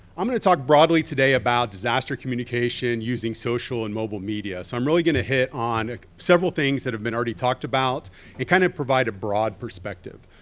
i'm gonna talk broadly today about disaster communication using social and mobile media. so i'm really gonna hit several things that have been already talked about and kind of provide a broad perspective.